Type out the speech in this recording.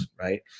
right